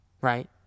right